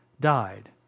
died